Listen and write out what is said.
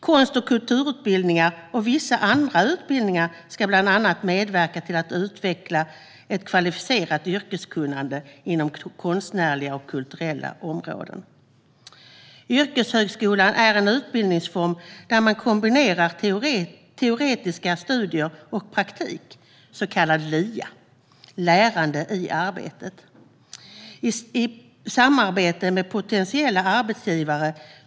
Konst och kulturutbildningar och vissa andra utbildningar ska bland annat medverka till att utveckla ett kvalificerat yrkeskunnande inom det konstnärliga eller kulturella området. Yrkeshögskola är en utbildningsform där man kombinerar teoretiska studier och praktik, så kallat LIA - lärande i arbete, i samarbete med potentiella arbetsgivare.